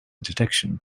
detection